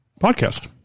podcast